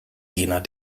jener